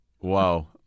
Wow